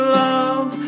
love